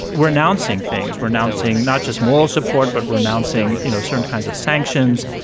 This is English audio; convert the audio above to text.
we're announcing things. we're announcing not just moral support, but we're announcing you know, certain kinds of sanctions.